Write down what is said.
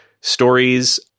stories